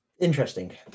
Interesting